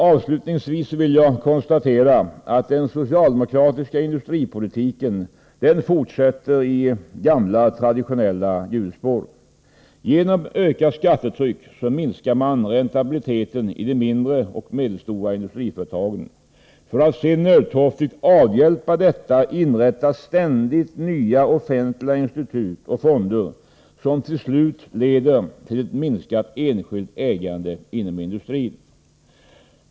Avslutningsvis vill jag konstatera att den socialdemokratiska industripolitiken fortsätter i gamla hjulspår. Genom ökat skattetryck minskar man räntabiliteten i de mindre och medelstora industriföretagen. För att sedan nödtorftigt avhjälpa detta inrättas ständigt nya institut och fonder, som till slut leder till ett minskat enskilt ägande inom industrin.